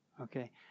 Okay